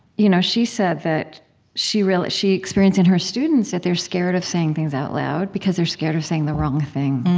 you know she said that she really she experienced in her students that they're scared of saying things out loud, because they're scared of saying the wrong thing